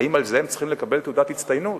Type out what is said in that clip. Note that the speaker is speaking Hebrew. האם על זה הם צריכים לקבל תעודת הצטיינות?